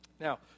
Now